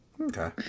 okay